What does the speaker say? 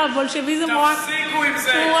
לא, הבולשביזם הוא רק, תפסיקו עם זה.